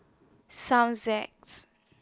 Song that's